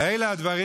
אלה הדברים